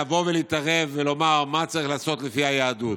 לבוא ולהתערב ולומר מה צריך לעשות לפי היהדות.